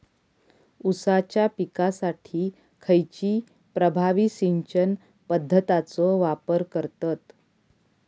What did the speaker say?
ऊसाच्या पिकासाठी खैयची प्रभावी सिंचन पद्धताचो वापर करतत?